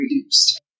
reduced